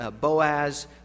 Boaz